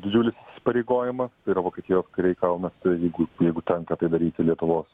didžiulis įsipareigojimas tai yra vokietijos kariai kaunasi jeigu jeigu tenka tai daryti lietuvos